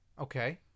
Okay